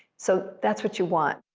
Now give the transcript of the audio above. so that's what you want.